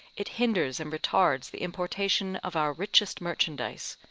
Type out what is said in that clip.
it hinders and retards the importation of our richest merchandise,